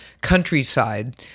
countryside